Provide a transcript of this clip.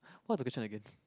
what the question I give